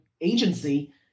agency